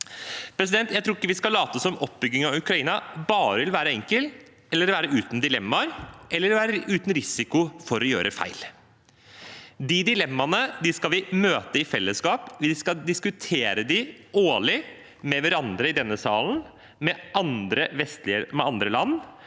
Rødt. Jeg tror ikke vi skal late som oppbygging av Ukraina bare vil være enkelt, at det vil være uten dilemmaer eller uten risiko for å gjøre feil. De dilemmaene skal vi møte i fellesskap. Vi skal diskutere dem årlig med hverandre i denne salen og med andre land,